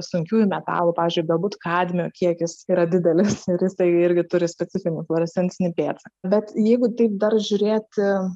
sunkiųjų metalų pavyzdžiui galbūt kadmio kiekis yra didelis ir jisai irgi turi specifinį fluorescencinį pėdsaką bet jeigu taip dar žiūrėti